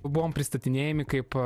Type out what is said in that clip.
buvom pristatinėjami kaip